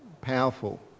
powerful